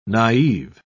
Naive